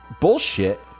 bullshit